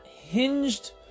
hinged